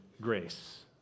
grace